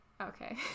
Okay